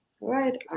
Right